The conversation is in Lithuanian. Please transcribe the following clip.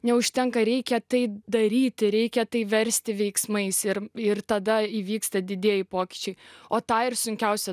neužtenka reikia tai daryti reikia tai versti veiksmais ir ir tada įvyksta didieji pokyčiai o tą ir sunkiausia